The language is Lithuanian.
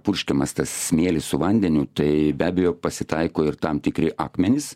purškiamas tas smėlis su vandeniu tai be abejo pasitaiko ir tam tikri akmenys